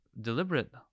deliberate